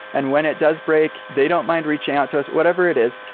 and when it does break, they don't mind reaching out to us, whatever it is.